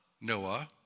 Noah